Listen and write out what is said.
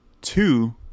two